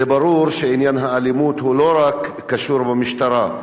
זה ברור שעניין האלימות לא רק קשור במשטרה.